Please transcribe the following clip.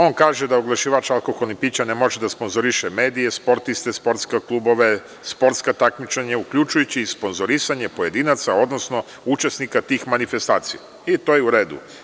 On kaže da oglašivač alkoholnih pića ne može da sponzoriše medije, sportiste, sportske klubove, sportska takmičenja uključujući i sponzorisanje pojedinaca, odnosno učesnika tih manifestacija i to je u redu.